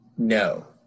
No